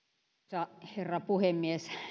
arvoisa herra puhemies